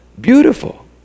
beautiful